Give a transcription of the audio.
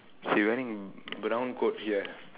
she wearing brown coat here